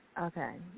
Okay